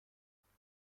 اومدی